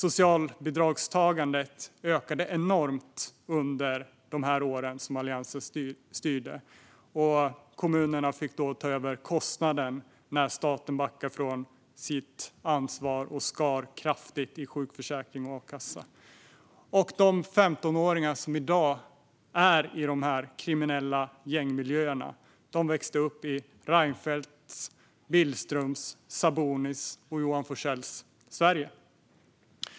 Socialbidragstagandet ökade enormt under de år som Alliansen styrde, och kommunerna fick ta över kostnaden när staten backade från sitt ansvar och skar kraftigt i sjukförsäkringen och a-kassan. De 15-åringar som i dag finns i de kriminella gängmiljöerna växte upp i Reinfeldts, Billströms, Sabunis och Johan Forssells Sverige.